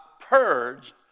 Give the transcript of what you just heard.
purged